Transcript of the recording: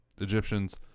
Egyptians